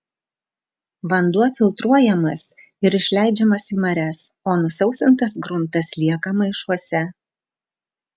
vanduo filtruojamas ir išleidžiamas į marias o nusausintas gruntas lieka maišuose